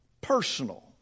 personal